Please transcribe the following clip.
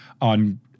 on